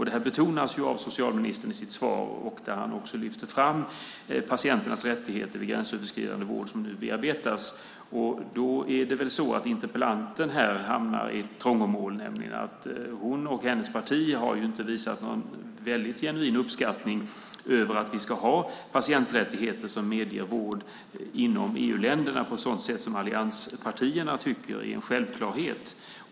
Detta betonar socialministern i sitt svar, och han lyfter också fram patienternas rättigheter vid gränsöverskridande vård som nu bearbetas. Då hamnar väl interpellanten i trångmål, eftersom hon och hennes parti inte har visat någon väldigt genuin uppskattning av att vi ska ha patienträttigheter som medger vård inom EU-länderna på ett sådant sätt som allianspartierna tycker är en självklarhet.